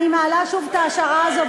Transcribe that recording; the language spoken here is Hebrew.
אני מעלה שוב את ההשערה הזאת,